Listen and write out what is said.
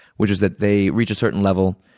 which is that they reach a certain level,